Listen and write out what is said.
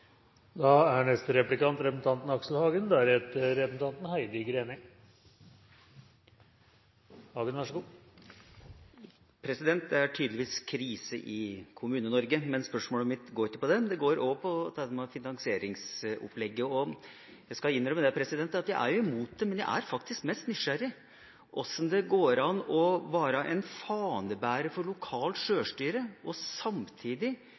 Det er tydeligvis krise i Kommune-Norge. Men spørsmålet mitt går ikke på det, det går også på finansieringsopplegget. Jeg skal innrømme at jeg er imot det, men jeg er faktisk mest nysgjerrig på hvordan det går an å være fanebærer for lokalt sjølstyre og samtidig